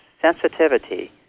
sensitivity